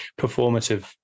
performative